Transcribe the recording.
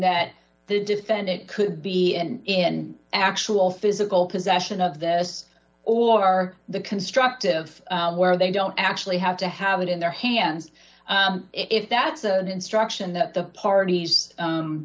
that the defendant could be in actual physical possession of this or are the constructive where they don't actually have to have it in their hands if that's an instruction that the parties